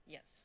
Yes